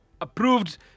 approved